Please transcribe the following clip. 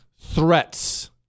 threats